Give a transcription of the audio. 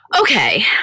Okay